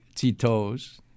Tito's